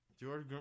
George